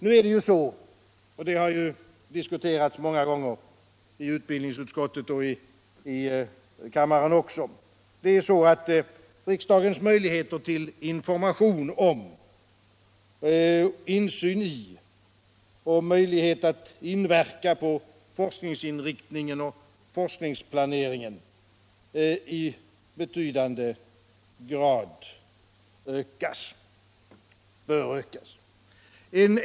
Vi har många gånger tidigare i både utbildningsutskottet och riksdagen diskuterat betydelsen av att riksdagens möjligheter till information om, insyn i och möjligheter att inverka på forskningens inriktning och forskningsplaneringen i väsentlig grad ökas.